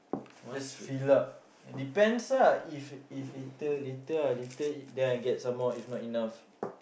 just fill up and depends lah if if later later later ah then I get some more if not enough